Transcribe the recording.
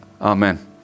Amen